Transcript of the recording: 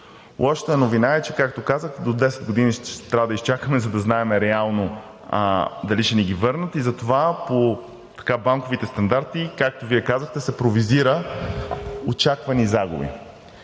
Лошата новина е, че, както казах, до 10 години трябва да изчакаме, за да знаем реално дали ще ни ги върнат. И затова по банковите стандарти, както Вие казахте, се провизира „очаквани загуби“.